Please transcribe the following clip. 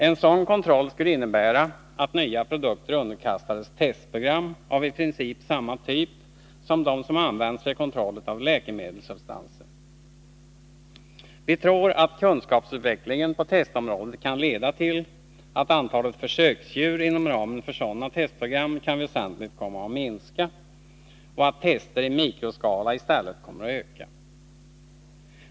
En sådan kontroll skulle innebära att nya produkter underkastas testprogram av i princip samma typ som de som används vid kontroll av läkemedelssubstanser. Vi tror att kunskapsutvecklingen på testområdet kan leda till att antalet djurförsök inom ramen för sådana testprogram kan komma att minska väsentligt, och att tester i mikroskala i stället kommer att öka.